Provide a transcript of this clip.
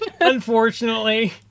Unfortunately